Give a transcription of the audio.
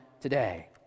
today